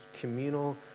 communal